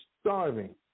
starving